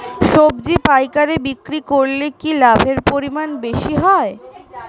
সবজি পাইকারি বিক্রি করলে কি লাভের পরিমাণ বেশি হয়?